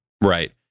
Right